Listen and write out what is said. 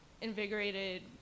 invigorated